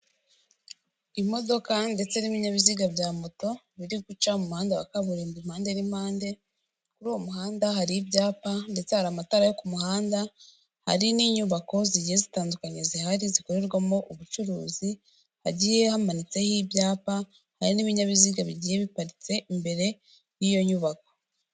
Imodoka ndetse n'ibinyabiziga bya moto, biri guca mu muhanda wa kaburimbo impande n'impande, kuri uwo muhanda hari ibyapa ndetse hari amatara yo ku muhanda, hari n'inyubako zigiye zitandukanye zihari, zikorerwamo ubucuruzi, hagiye hamanitseho ibyapa, hari n'ibinyabiziga bigiye biparitse imbere y'iyo nyubako.